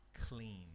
clean